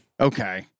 okay